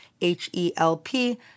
H-E-L-P